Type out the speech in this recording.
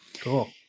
Cool